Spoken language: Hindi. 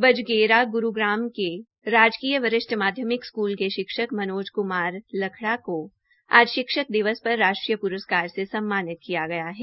बजरेगा गुरूग्राम के राजकीय वरिष्ठ माध्यमिक विद्यालय क शिक्षक मनोज क्मार लाखड़ा को आज शिक्षक दिवस पर राष्ट्रीय पुरस्कार से सम्मनित किया गया है